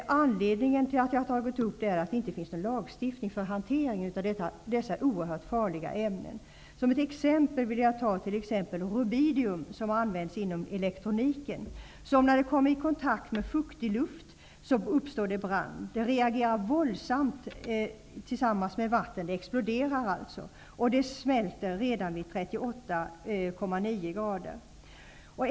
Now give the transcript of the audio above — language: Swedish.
Anledningen till att jag tagit upp det är att det inte finns någon lagstiftning för hanteringen av dessa oerhört farliga ämnen. Som ett exempel vill jag ta rubidium, som används inom elektroniken. När det kommer i kontakt med fuktig luft uppstår brand. Det reagerar våldsamt tillsammans med vatten, det exploderar. Det smälter redan vid 38,9°C.